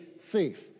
thief